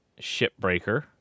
Shipbreaker